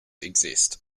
exist